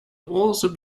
also